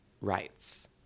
rights